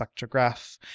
Spectrograph